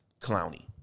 clowny